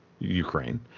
Ukraine